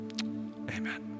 Amen